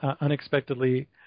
unexpectedly